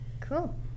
cool